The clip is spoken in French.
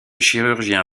chirurgien